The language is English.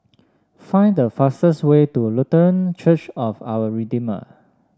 find the fastest way to Lutheran Church of Our Redeemer